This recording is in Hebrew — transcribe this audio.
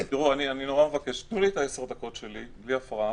אני נורא מבקש: תנו לי את עשר הדקות שלי בלי הפרעה,